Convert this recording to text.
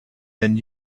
than